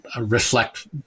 reflect